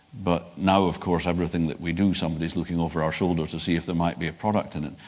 but now of course everything that we do somebody's looking over our shoulder to see if there might be a product in it.